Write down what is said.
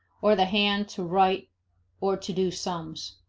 or the hand to write or to do sums.